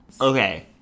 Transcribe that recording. Okay